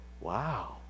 Wow